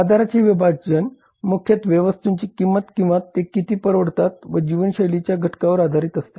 बाजाराचे विभाजन मुख्यत्वे वस्तूंची किंमत किंवा ते किती परवडतात व जीवनशैलीच्या घटकांवर आधारित असते